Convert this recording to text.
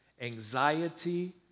anxiety